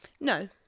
No